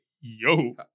yo